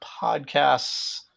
podcasts